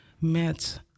met